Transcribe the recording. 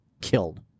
killed